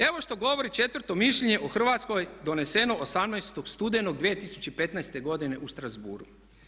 Evo što govori četvrto mišljenje o Hrvatskoj doneseno 18. studenog 2015. godine u Strasbourgu.